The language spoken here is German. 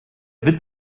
witz